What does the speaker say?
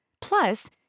plus